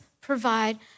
provide